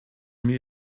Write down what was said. mir